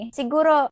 siguro